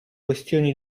questioni